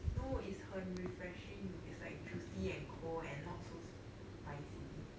no is 很 refreshing it's like juicy and cold and not so spicy